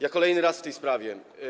Ja kolejny raz w tej sprawie.